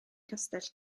castell